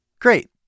Great